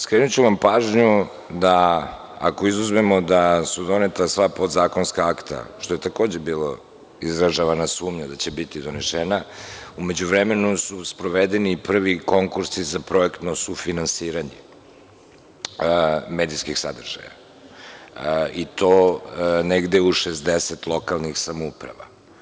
Skrenuću vam pažnju da ako izuzmemo da su doneta sva podzakonska akta, što je takođe bila izražavana sumnja da će biti donešena, u međuvremenu su sprovedeni i prvi konkursi za projektno sufinansiranje medijskih sadržaja, i to negde u 60 lokalnih samouprava.